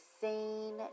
scene